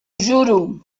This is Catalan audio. juro